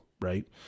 right